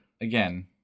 again